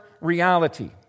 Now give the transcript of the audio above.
reality